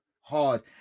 Hard